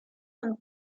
sont